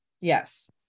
Yes